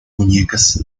muñecas